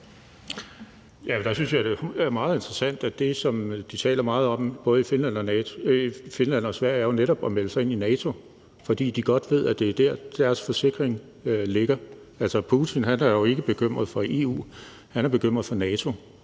det er meget interessant, at det, som de taler meget om både i Finland og Sverige, jo netop er at melde sig ind i NATO, fordi de godt ved, at det er der, deres forsikring ligger. Altså, Putin er jo ikke bekymret for EU, han er bekymret for NATO,